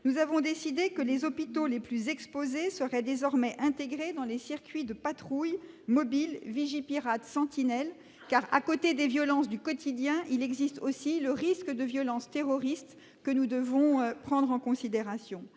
nous avons décidé que les hôpitaux les plus exposés seraient désormais intégrés dans les circuits de patrouille mobile Vigipirate et Sentinelle, car, à côté des violences du quotidien, existe aussi le risque de violence terroriste, que nous devons prendre en considération.